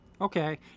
Okay